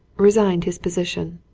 re signed his position.